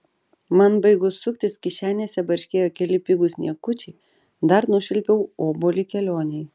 man baigus suktis kišenėse barškėjo keli pigūs niekučiai dar nušvilpiau obuolį kelionei